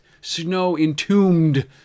snow-entombed